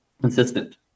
consistent